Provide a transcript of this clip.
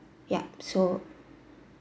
yup so